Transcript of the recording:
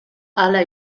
hala